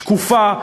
שקופה,